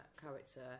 character